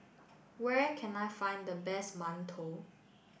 where can I find the best mantou